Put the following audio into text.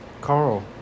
Carl